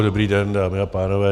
Dobrý den, dámy a pánové.